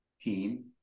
team